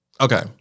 Okay